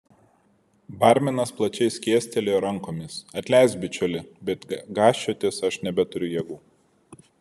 barmenas plačiai skėstelėjo rankomis atleisk bičiuli bet gąsčiotis aš nebeturiu jėgų